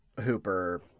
Hooper